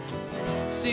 See